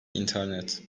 i̇nternet